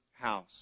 house